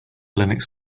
linux